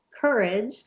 courage